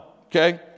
okay